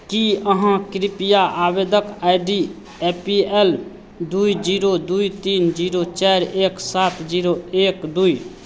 की अहाँ कृपया आवेदक I D A P L दू जीरो दू तीन जीरो चारि एक सात जीरो एक दू